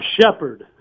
Shepard